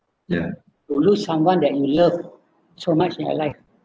ya who lose someone that you love so much in uh life